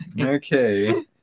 Okay